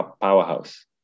Powerhouse